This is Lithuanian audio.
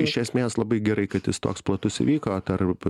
iš esmės labai gerai kad jis toks platus įvyko tarp